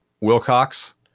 Wilcox